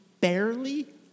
barely